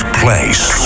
place